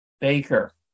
Baker